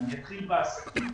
אני אתחיל בעסקים.